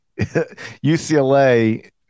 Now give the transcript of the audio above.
UCLA